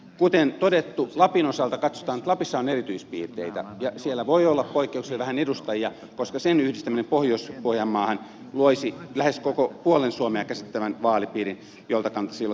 kuten todettu lapin osalta katsotaan että lapissa on erityispiirteitä ja siellä voi olla poikkeuksellisen vähän edustajia koska sen yhdistäminen pohjois pohjanmaahan loisi lähes koko puolen suomea käsittävän vaalipiirin miltä kannalta se ei ole tarkoituksenmukaista